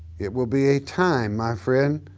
it will be a time my friend,